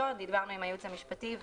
אחרי שדיברנו עם הייעוץ המשפטי.